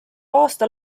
aasta